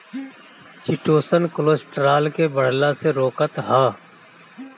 chitosan cholesterol के बढ़ला से रोकत हअ